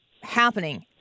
happening